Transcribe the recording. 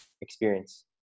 experience